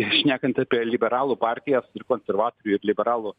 šnekant apie liberalų partijas ir konservatorių ir liberalų